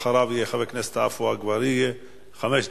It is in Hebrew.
אחריו יהיה חבר הכנסת עפו אגבאריה, חמש דקות.